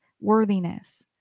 worthiness